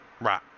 Right